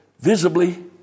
visibly